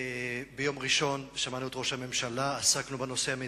ביום ראשון שמענו את ראש הממשלה ועסקנו בנושא המדיני.